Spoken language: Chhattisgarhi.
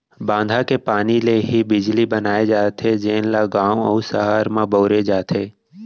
बांधा के पानी ले ही बिजली बनाए जाथे जेन ल गाँव अउ सहर म बउरे जाथे